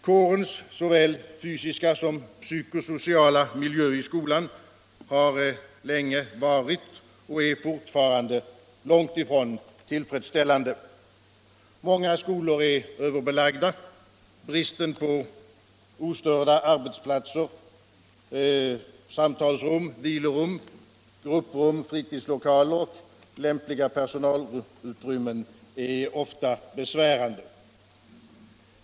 Lärarkårens såväl fysiska som psykosociala miljö i skolan har länge varit och är fortfarande långt ifrån tillfredsställande. Många skolor är överbelagda. Bristen på ostörda arbetsplatser, samtalsrum, vilorum, grupprum, fritidslokaler och lämpliga personalutrymmen är ofta besvärande.